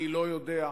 אני לא יודע,